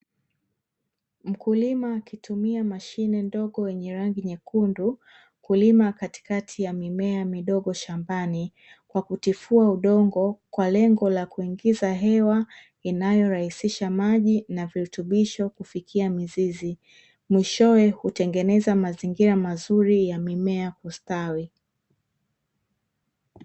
Mkulima akitumia mashine ndogo yenye rangi nyekundu, kulima katikati ya mimea midogo shambani kwa kutifua udongo, kwa lengo la kuingiza hewa, inayorahisha maji na virutubisho kufikia mizizi. Mwishowe , hutengeneza mazingira mazuri ya mimea kustawi.